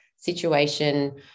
situation